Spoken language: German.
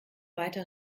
weiter